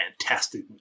fantastic